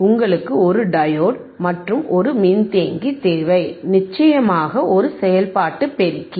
உங்களுக்கு 1 டையோடு மற்றும் ஒரு மின்தேக்கி தேவை நிச்சயமாக ஒரு செயல்பாட்டு பெருக்கி